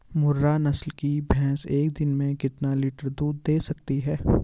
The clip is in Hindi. मुर्रा नस्ल की भैंस एक दिन में कितना लीटर दूध दें सकती है?